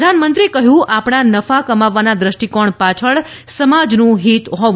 પ્રધાનમંત્રીએ કહ્યું કે આપણા નફા કમાવવાના દ્રષ્ટિકોણ પાછળ સમાજનું હિત હોવું જોઇએ